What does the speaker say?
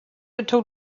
until